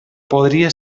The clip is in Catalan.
podria